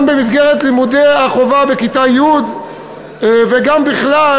וגם במסגרת לימודי החובה בכיתה י' וגם בכלל